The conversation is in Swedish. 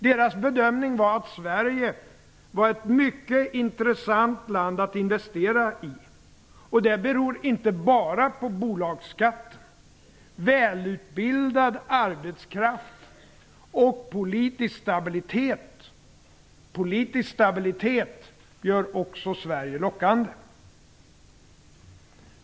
Deras bedömning var att Sverige var ett mycket intressant land att investera i. Det beror inte bara på bolagsskatten. Välutbildad arbetskraft och politisk stabilitet gör också Sverige lockande.